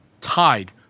tied